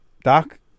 Doc